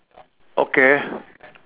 okay